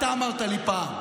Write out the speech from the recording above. אתה אמרת לי פעם: